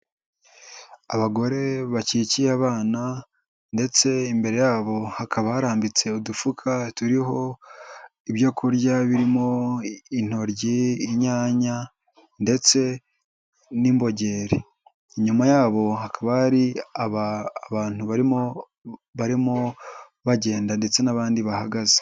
Abagore bakikiye abana ndetse imbere yabo hakaba harambitse udufuka turiho ibyo kurya birimo: intoryi, inyanya ndetse n'imbogeri. Inyuma yabo hakaba hari abantu barimo bagenda ndetse n'abandi bahagaze.